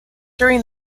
during